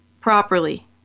properly